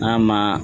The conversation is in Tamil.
ஆமாம்